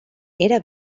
era